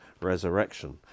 resurrection